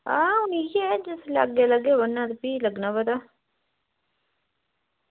आं हून इयै की जिसलै अग्गें लग्गगे पढ़ना ती भी लग्गना पता